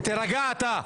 תירגע אתה.